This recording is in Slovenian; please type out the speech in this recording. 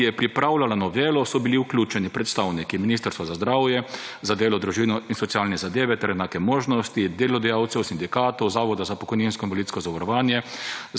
ki je pripravljala novelo, so bili vključeni predstavniki ministrstva za zdravje, za delo, družino in socialne zadeve ter enake možnosti, delodajalcev, sindikatov, Zavoda za pokojninsko in invalidsko zavarovanje,